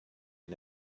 and